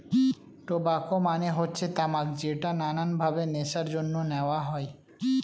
tobacco মানে হচ্ছে তামাক যেটা নানান ভাবে নেশার জন্য নেওয়া হয়